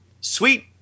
sweet